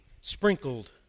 sprinkled